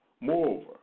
Moreover